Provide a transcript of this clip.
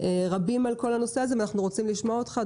אנחנו גם לא מצפים לתקן אותם,